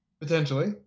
Potentially